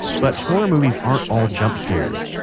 but horror movies aren't all jumpscares.